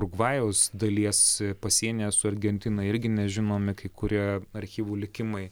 urugvajaus dalies pasienyje su argentina irgi nežinomi kai kurie archyvų likimai